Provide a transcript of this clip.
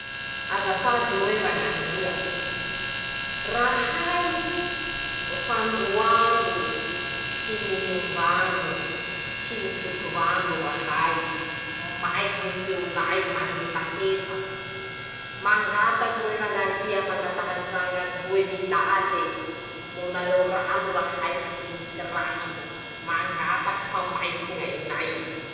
Azafady roe rañandria, rahay ,fa ndroe andro tsy ninon-drano, tsy nisotro rano rahay, maiky ñy feonay mangetaheta; mangataky roey rañandria, mangataky antrañandroe, milale, omeonareo rano rahay fa tsy misy rano, mangataky fa maiky ñainay.